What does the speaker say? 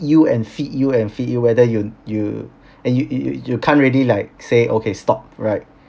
you and feed you and feed you whether you you and you you you can't really like say okay stop right